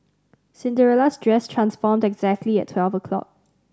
Cinderella's dress transformed exactly at twelve o' clock